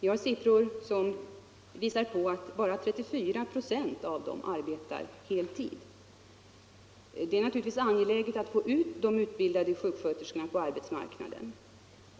Jag har siffror som visar att bara 34 procent av dem arbetar heltid. Det är naturligtvis angeläget att få ut de utbildade sjuksköterskorna på arbetsmarknaden.